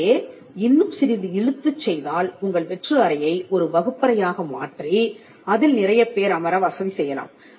இதையே இன்னும் சிறிது இழுத்துச் செய்தால் உங்கள் வெற்று அறையை ஒரு வகுப்பறையாக மாற்றி அதில் நிறையப் பேர் அமர வசதி செய்யலாம்